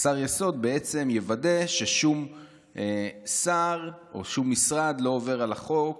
שר יסוד בעצם יוודא ששום שר או שום משרד לא עובר על החוק